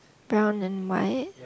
brown and white